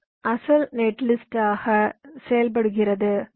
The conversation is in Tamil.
இது அசல் நெட்லிஸ்ட் ஆகவே செயல்படுத்தப்படுகிறது